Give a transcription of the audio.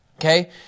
Okay